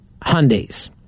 Hyundais